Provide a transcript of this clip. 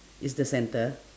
is the centre